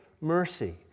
mercy